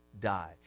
die